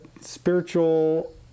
spiritual